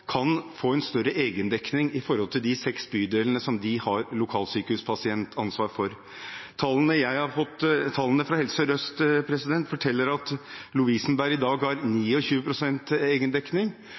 kan få en større egendekning med tanke på de seks bydelene de har lokalsykehuspasientansvar for. Tallene fra Helse Sør-Øst forteller at Lovisenberg i dag har